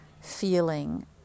feeling